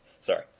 Sorry